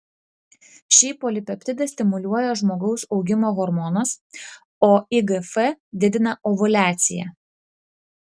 šį polipeptidą stimuliuoja žmogaus augimo hormonas o igf didina ovuliaciją